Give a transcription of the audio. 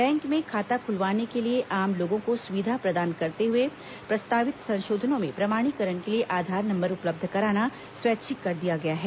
bank में खाता खुलवाने के लिए आम लोगों को सुविधा प्रदान करते हुए प्रस्तावित संशोधनों में प्रमाणीकरण के आधार नम्बर उपलब्ध कराना स्वैच्छिक कर दिया गया है